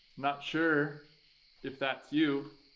not sure if that's you.